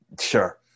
sure